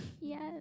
yes